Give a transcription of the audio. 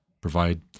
provide